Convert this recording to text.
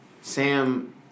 Sam